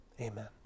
Amen